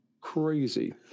crazy